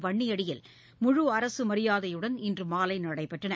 வன்னியடியில் முழு அரசு மரியாதையுடன் இன்று மாலை நடைபெற்றன